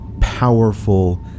powerful